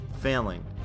failing